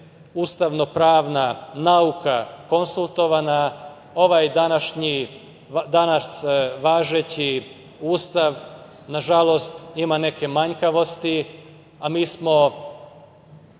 ustavno-pravna nauka konsultovana. Ovaj danas važeći Ustav, nažalost, ima neke manjkavosti, a mi smo